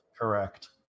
correct